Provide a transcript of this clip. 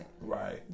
Right